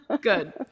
Good